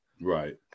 right